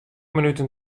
minuten